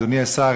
אדוני השר,